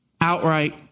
outright